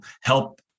help